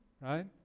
right